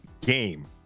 game